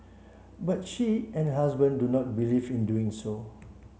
but she and her husband do not believe in doing so